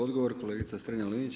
Odgovor kolegica STrenja-Linić.